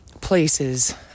places